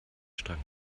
strang